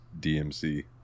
DMC